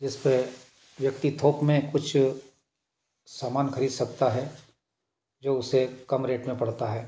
जिस पे व्यक्ति थोक में कुछ सामान खरीद सकता हैं जो उसे कम रेट में पड़ता हैं